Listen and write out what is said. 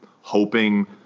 hoping